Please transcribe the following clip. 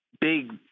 big